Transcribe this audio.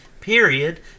period